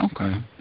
Okay